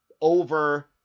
over